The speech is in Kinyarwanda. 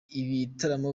ibitaramo